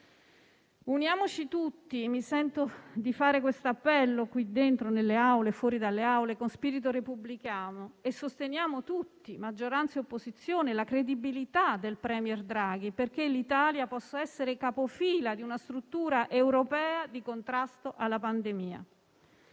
Uniamoci tutti: mi sento di fare questo appello dentro le Aule e fuori, con spirito repubblicano; sosteniamo tutti, maggioranza e opposizione, la credibilità del *premier* Draghi, perché l'Italia possa essere capofila di una struttura europea di contrasto alla pandemia